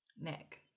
Nick